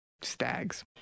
stags